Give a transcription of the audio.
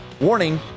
Warning